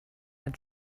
had